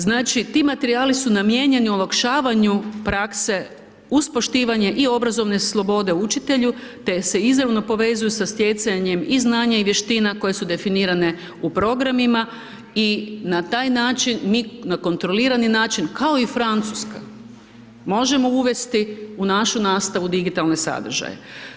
Znači ti materijali su namijenjeni olakšavaju prakse uz poštivanje u obrazovne slobode učitelju te se izravno povezuju sa stjecanjem i znanja i vještina koje su definirane u programima i na taj način, mi na kontroliran način kao i Francuska, možemo uvesti u našu nastavu digitalne sadržaje.